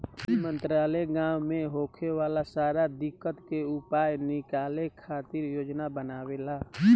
ई मंत्रालय गाँव मे होखे वाला सारा दिक्कत के उपाय निकाले खातिर योजना बनावेला